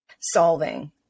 solving